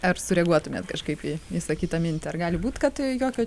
ar sureaguotumėt kažkaip į išsakytą mintį ar gali būt kad jokio